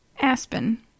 Aspen